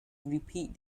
repeat